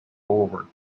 forward